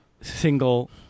single